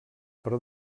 per